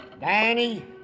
Danny